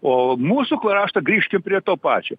o mūsų kraštą grįžkim prie to pačio